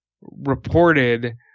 reported